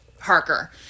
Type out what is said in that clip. harker